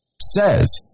says